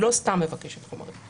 היא לא סתם מבקשת חומרים,